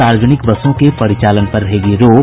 सार्वजनिक बसों के परिचालन पर रहेगी रोक